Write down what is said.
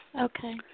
Okay